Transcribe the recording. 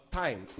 time